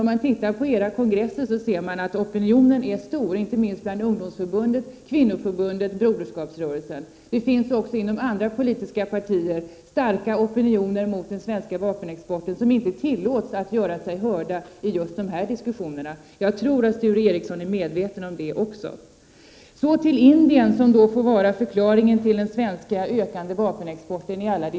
Om man tittar på vad som sägs vid era kongresser, Sture Ericson, ser man att det finns en stor opinion för det kravet, inte minst inom ungdomsförbundet, kvinnoförbundet och broderskapsrörelsen. Det finns också inom andra politiska partier starka opinioner mot den svenska vapenexporten men som inte tillåts att göra sig hörda i de här diskussionerna. Jag tror att Sture Ericson också är medveten om det. Så till Indien, som i alla diskussioner får vara förklaringen till den ökande svenska vapenexporten.